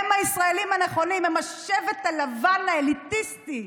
הם הישראלים הנכונים, הם השבט הלבן האליטיסטי.